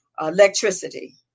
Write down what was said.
electricity